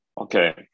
Okay